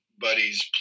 buddies